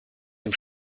dem